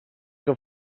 que